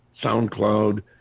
SoundCloud